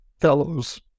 fellows